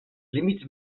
límits